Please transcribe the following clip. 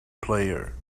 player